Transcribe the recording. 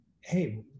Hey